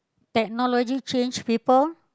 technology change people